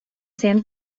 san